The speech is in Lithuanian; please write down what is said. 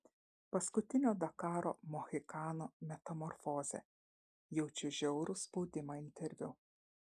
paskutinio dakaro mohikano metamorfozė jaučiu žiaurų spaudimą interviu